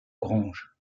grange